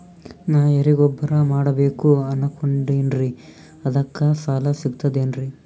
ನಾ ಎರಿಗೊಬ್ಬರ ಮಾಡಬೇಕು ಅನಕೊಂಡಿನ್ರಿ ಅದಕ ಸಾಲಾ ಸಿಗ್ತದೇನ್ರಿ?